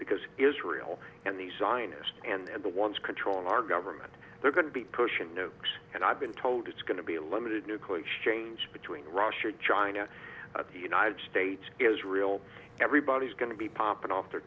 because israel and the zionists and the ones controlling our government they're going to be pushing nukes and i've been told it's going to be limited nuclear change between russia and china the united states israel everybody's going to be popping off their